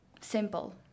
Simple